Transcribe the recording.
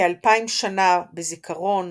כאלפים שנה בזיכרון